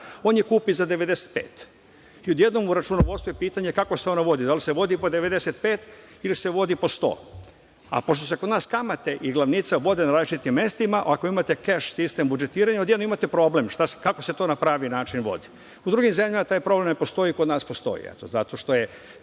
on je kupi za 95 i odjednom je u računovodstvu pitanje kako se ona vodi, da li se vodi po 95 ili se vodi po 100. Pošto se kod nas kamate i glavnica vode na različitim mestima, ako imate keš sistem budžetiranja, onda imate problem, kako se to na pravi način vodi. U drugim zemljama taj problem ne postoji, a kod nas postoji